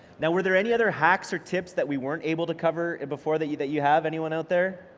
now were there any other hacks or tips that we weren't able to cover and before, that you that you have? anyone out there?